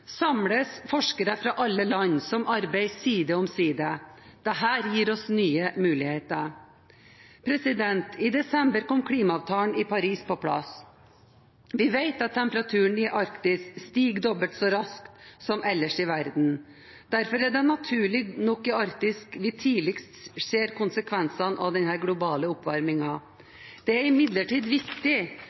samles forskere fra alle land, som arbeider side om side. Dette gir oss nye muligheter. I desember kom klimaavtalen i Paris på plass. Vi vet at temperaturen i Arktis stiger dobbelt så raskt som ellers i verden, og derfor er det naturlig nok i Arktis vi tidligst ser konsekvensene av den globale oppvarmingen. Det er imidlertid viktig